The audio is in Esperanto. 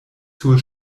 sur